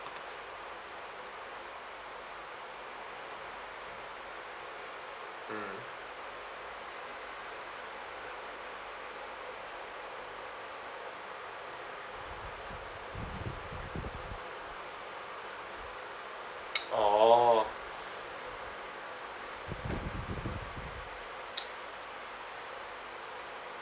orh